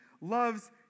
loves